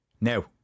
Now